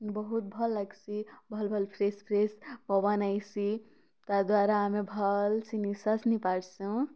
ବହୁତ୍ ଭଲ୍ ଲାଗ୍ସି ଭଲ୍ ଭଲ୍ ଫ୍ରେଶ୍ ଫ୍ରେଶ୍ ପବନ୍ ଆଏସି ତା'ଦ୍ୱାରା ଆମେ ଭଲ୍ସେ ନିଶ୍ୱାସ୍ ନେଇ ପାର୍ସୁଁ